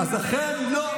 אז אכן לא.